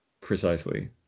Precisely